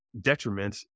detriments